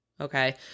Okay